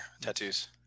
tattoos